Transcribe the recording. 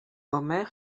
homer